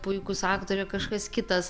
puikūs aktoriai o kažkas kitas